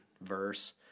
verse